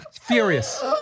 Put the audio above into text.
Furious